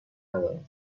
ندارم